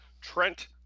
Trent